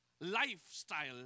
lifestyle